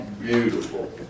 beautiful